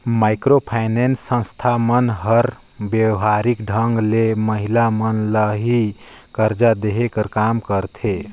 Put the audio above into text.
micro finance संस्था मन हर बेवहारिक ढंग ले महिला मन ल ही करजा देहे कर काम करथे